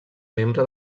membre